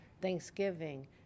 Thanksgiving